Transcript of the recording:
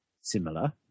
similar